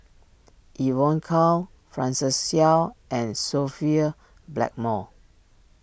Evon Kow Francis Seow and Sophia Blackmore